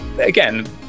again